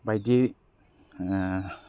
बायदि